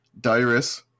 Dyrus